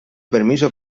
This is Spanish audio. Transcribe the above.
permiso